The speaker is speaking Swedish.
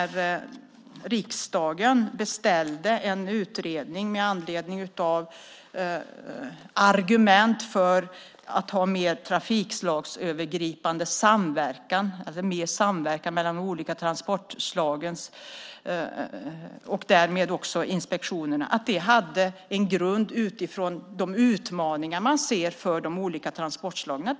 Riksdagen beställde en utredning med argumentet att få en mer trafikslagsövergripande samverkan. Det handlar om mer samverkan mellan de olika transportslagen och därmed också av inspektionen. Det gjordes på grund av de utmaningar man ser för de olika transportslagen.